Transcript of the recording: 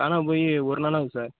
காணாமப் போய் ஒருநாள் ஆகுது சார்